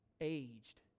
aged